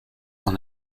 dans